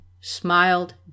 smiled